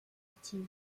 active